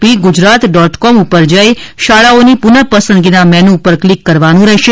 પી Gujarat dot com પર જઇ શાળાઓની પુનઃ પસંદગીનાં મેનુ પર ક્લિક કરવાનું રહેશે